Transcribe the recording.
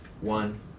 One